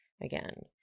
again